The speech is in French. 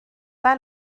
pas